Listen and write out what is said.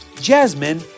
Jasmine